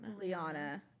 Liana